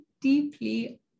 deeply